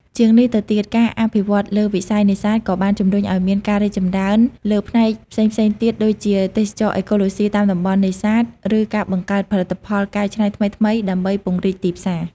ជាងនេះទៅទៀត ការអភិវឌ្ឍន៍លើវិស័យនេសាទក៏បានជំរុញឲ្យមានការរីកចម្រើនលើផ្នែកផ្សេងៗទៀតដូចជា ទេសចរណ៍អេកូឡូស៊ីតាមតំបន់នេសាទ ឬការបង្កើតផលិតផលកែច្នៃថ្មីៗដើម្បីពង្រីកទីផ្សារ។